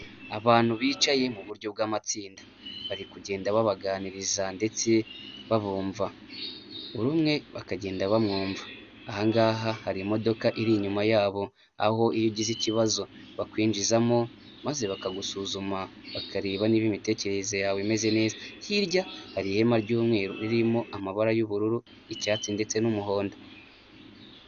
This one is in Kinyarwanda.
Abantu bicaye mu buryo bw'amatsinda, bari kugenda babaganiriza ndetse babumva buri umwe bakagenda bamwumva, aha ngaha hari imodoka iri inyuma yabo aho iyo ugize ikibazo bakwinjizamo maze bakagusuzuma bakareba niba imitekerereze yawe imeze neza, hirya hari ihema ry'umweru ririmo amabara y'ubururu icyatsi ndetse n'umuhondo.